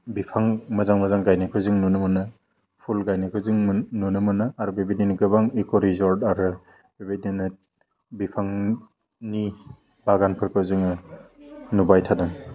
बिफां मोजां मोजां गायनायखौ जों नुनो मोनो पुल गायनायखौ जों मोन नुनो मोनो आरो बेबायदिनो गोबां इक' रिजर्ट आरो बेबायदिनो बिफांनि बागानफोरखौ जोङो नुबाय थादों